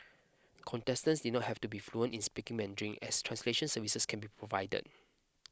contestants did not have to be fluent in speaking Mandarin as translation services can be provided